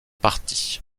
parties